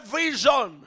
vision